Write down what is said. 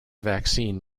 vaccine